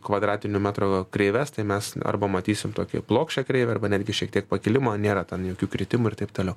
kvadratinio metro kreives tai mes arba matysim tokį plokščią kreivę arba netgi šiek tiek pakilimo nėra ten jokių kritimų ir taip toliau